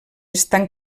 estan